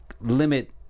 limit